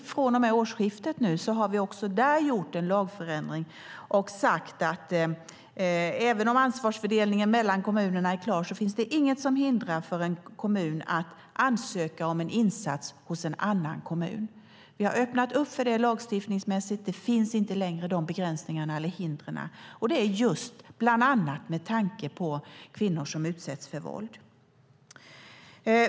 Vi har gjort en lagändring som träder i kraft vid årsskiftet, och där har vi sagt att även om ansvarsfördelningen mellan kommunerna är klar finns inget hinder för en kommun att ansöka om en insats hos en annan kommun. Vi har öppnat upp för det lagstiftningsmässigt. De begränsningarna eller hindren finns alltså inte längre, och det har vi sett till just bland annat med tanke på kvinnor som utsätts för våld.